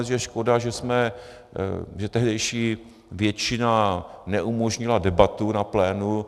Je škoda, že tehdejší většina neumožnila debatu na plénu.